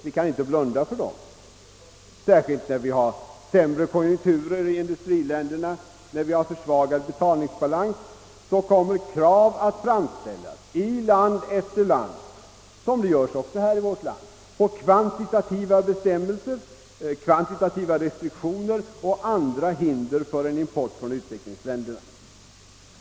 Vi kan inte blunda för dem. Särskilt vid sämre konjunkturer i industriländerna och försvagad betalningsbalans, kommer krav att framställas i land efter land — såsom sker ock så i vårt land — på kvantitativa restriktioner och andra hinder för en import från utvecklingsländerna.